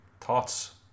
thoughts